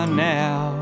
now